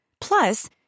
Plus